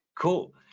cool